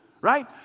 Right